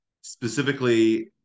specifically